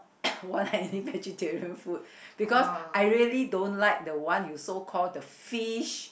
want any vegetarian food because I really don't like the one you so called the fish